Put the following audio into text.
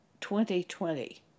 2020